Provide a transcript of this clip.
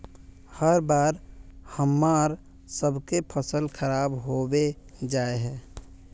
हर बार हम्मर सबके फसल खराब होबे जाए है?